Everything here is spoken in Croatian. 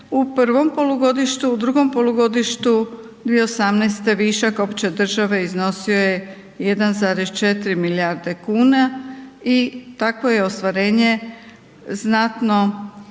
u prvom polugodištu u drugom polugodištu 2018. višak opće države iznosio je 1,4 milijarde kuna i tako je ostvarenje znatno